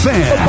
Fan